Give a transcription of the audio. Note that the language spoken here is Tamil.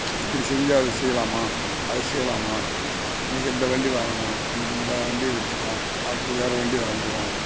இப்படி செஞ்சா அது செய்யலாமா அதை செய்யலாமா இன்னைக்கு இந்த வண்டி வாங்கணும் இன்னைக்கு இந்த வண்டியை விற்றுட்டோம் அடுத்து வேறு வண்டி வாங்குவோம்